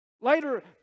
Later